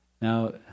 now